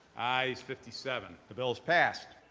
ayes fifty seven. the bill is passed.